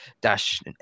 dash